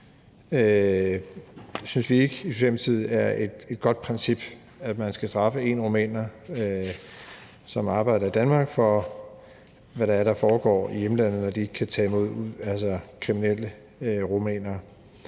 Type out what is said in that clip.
i Socialdemokratiet er et godt princip, altså at man skal straffe en rumæner, som arbejder i Danmark, for, hvad der foregår i hjemlandet, hvor de ikke kan tage imod kriminelle rumænere.